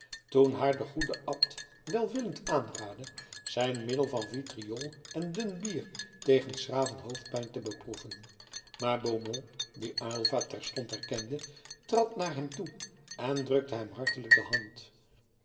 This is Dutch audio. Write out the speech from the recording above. haar de goede abt welwillend aanraadde zijn middel van vitriool en dun bier tegen s graven hoofdpijn te beproeven maar beaumont die aylva terstond herkende trad naar hem toe en drukte hem hartelijk de hand